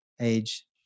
age